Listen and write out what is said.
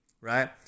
right